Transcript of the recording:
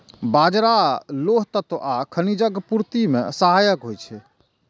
बाजरा लौह तत्व आ खनिजक पूर्ति मे सहायक होइ छै